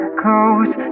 close